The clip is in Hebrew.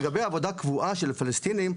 לגבי עבודה קבועה של הפלסטינים,